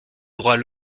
droit